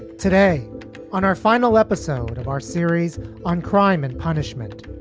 today on our final episode of our series on crime and punishment,